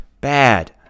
bad